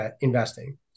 investing